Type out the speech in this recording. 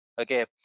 Okay